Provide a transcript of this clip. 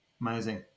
amazing